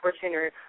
Fortune